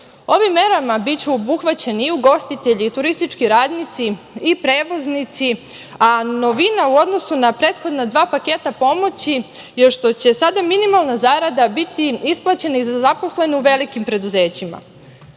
evra. Ovim merama biće obuhvaćeni i ugostitelji i turistički radnici i prevoznici, a novina u odnosu na prethodna dva paketa pomoći je što će sada minimalna zarada biti isplaćena i za zaposlene u velikim preduzećima.